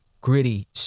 gritty